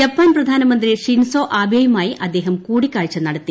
Japan പ്രധാനമന്ത്രി Shinzo ആബേയുമായി അദ്ദേഹം കൂടിക്കാഴ്ച നടത്തി